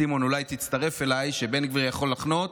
סימון, אולי תצטרף אליי, שבן גביר יכול לחנות